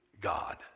God